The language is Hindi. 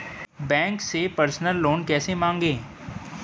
बैंक से पर्सनल लोन कैसे मांगें?